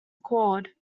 cord